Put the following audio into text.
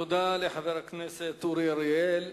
תודה לחבר הכנסת אורי אריאל.